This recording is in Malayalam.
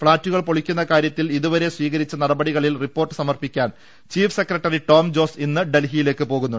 ഫ്ളാറ്റുകൾ പൊളിക്കുന്ന കാര്യത്തിൽ ഇതുവരെ സ്വീകരിച്ച നടപടികളിൽ റിപ്പോർട്ട് സമർപ്പിക്കാൻ ചീഫ് സെക്രട്ടറി ടോം ജോസ് ഇന്ന് ഡൽഹിയിലേക്ക് പോകും